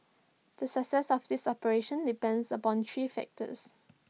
the success of this operation depends upon three factors